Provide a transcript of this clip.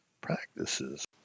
practices